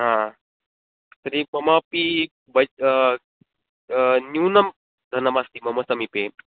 हा तर्हि ममापि वै न्यूनं धनमस्ति मम समीपे